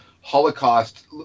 holocaust